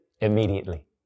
immediately